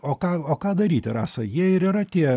o ką o ką daryti rasa jie ir yra tie